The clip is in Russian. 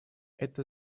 это